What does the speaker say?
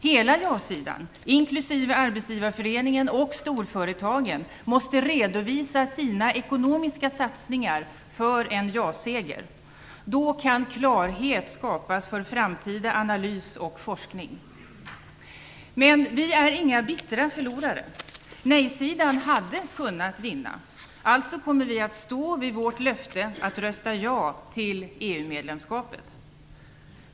Hela ja-sidan, inklusive Arbetsgivareföreningen och storföretagen, måste redovisa sina ekonomiska satsningar för en ja-seger. Då kan klarhet skapas för framtida analys och forskning. Men vi är inga bittra förlorare. Nej-sidan hade kunnat vinna. Vi i Vänsterpartiet kommer alltså att stå fast vid vårt löfte att rösta ja till EU-medlemskapet.